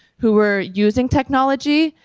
who were using technology.